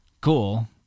cool